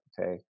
okay